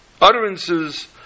utterances